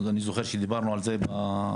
אני זוכר שדיברנו על זה במליאה,